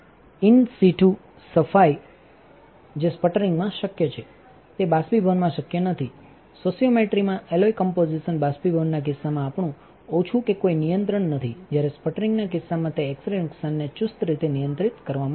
in situ સફાઈ જે સ્પટરિંગમાં શક્ય છે તે બાષ્પીભવનમાં શક્ય નથીસોશિઓમેટ્રીમાંએલોયકમ્પોઝિશનબાષ્પીભવનના કિસ્સામાં આપણું ઓછું કે કોઈ નિયંત્રણ નથી જ્યારે સ્પટરિંગના કિસ્સામાં તે એક્સ રે નુકસાનને ચુસ્ત રીતે નિયંત્રિત કરવામાં આવે છે